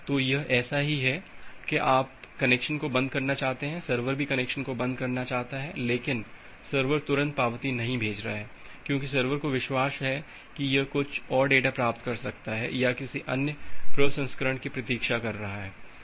तो यह ऐसा ही है कि आप कनेक्शन को बंद करना चाहते हैं सर्वर भी कनेक्शन को बंद करना चाहता है लेकिन सर्वर तुरंत पावती नहीं भेज रहा है क्योंकि सर्वर को विश्वास है कि यह कुछ और डेटा प्राप्त कर सकता है या यह किसी अन्य प्रसंस्करण की प्रतीक्षा कर रहा है